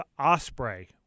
Osprey